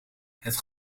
het